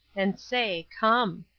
and say, come?